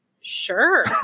Sure